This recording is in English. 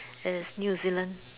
is New Zealand